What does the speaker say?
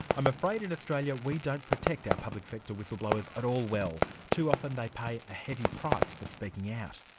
i'm afraid in australia we don't protect our public sector whistleblowers at all well. too often they pay a heavy price for speaking out.